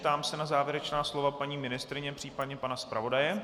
Ptám se na závěrečná slova paní ministryně, případně pana zpravodaje?